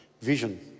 Vision